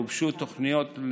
גובשו תוכניות,